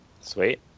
sweet